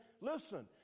listen